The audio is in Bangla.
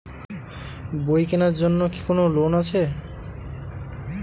বই কেনার জন্য কি কোন লোন আছে?